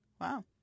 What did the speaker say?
Wow